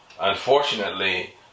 unfortunately